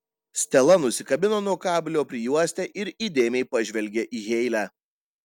stela nusikabino nuo kablio prijuostę ir įdėmiai pažvelgė į heile